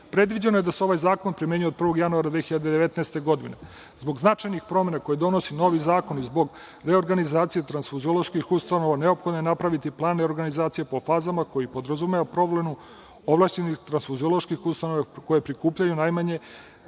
dozvole. Predviđeno je da se ovaj zakon primenjuje od 1. januara 2019. godine. Zbog značajnih promena koje donosi novi zakon, zbog reorganizacije transfuziloških ustanova neophodno je napraviti plan reorganizacije po fazama koji podrazumeva promenu ovlašćenih transfuziloških ustanova koje prikupljaju najmanje